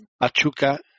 Pachuca